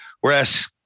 whereas